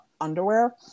underwear